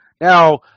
Now